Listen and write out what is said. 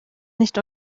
nicht